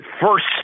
first